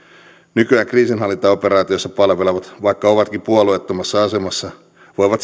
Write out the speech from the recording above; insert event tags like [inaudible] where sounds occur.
nykyään kriisinhallintaoperaatiossa palvelevat vaikka ovatkin puolueettomassa asemassa voivat [unintelligible]